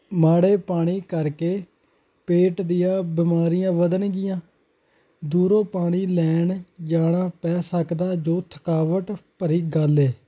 ਮਾੜੇ ਪਾਣੀ ਕਰਕੇ ਪੇਟ ਦੀਆਂ ਬਿਮਾਰੀਆਂ ਵਧਣਗੀਆਂ ਦੂਰੋਂ ਪਾਣੀ ਲੈਣ ਜਾਣਾ ਪੈ ਸਕਦਾ ਜੋ ਥਕਾਵਟ ਭਰੀ ਗੱਲ ਹੈ